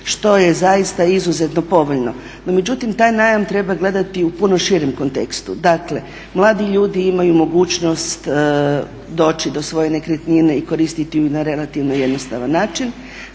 što je zaista izuzetno povoljno. No međutim, taj najam treba gledati u punom širem kontekstu. Dakle mladi ljudi imaju mogućnost doći do svoje nekretnine i koristiti ju na relativno jednostavan način,